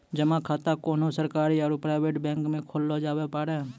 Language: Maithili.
जमा खाता कोन्हो सरकारी आरू प्राइवेट बैंक मे खोल्लो जावै पारै